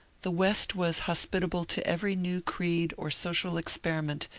the west was hospitable to every new creed or social experiment,